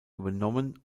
übernommen